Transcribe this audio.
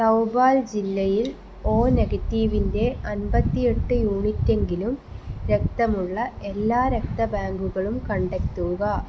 തൗബാൽ ജില്ലയിൽ ഓ നെഗറ്റീവിൻ്റെ അമ്പത്തിയെട്ട് യൂണിറ്റെങ്കിലും രക്തമുള്ള എല്ലാ രക്തബാങ്കുകളും കണ്ടെത്തുക